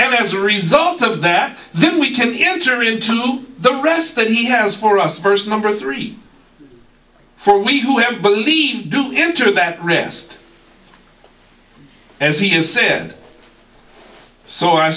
and as a result of that then we can enter into the rest that he has for us first number three for we who have believed do enter that rest as he has said so i